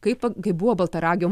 kaip kaip buvo baltaragio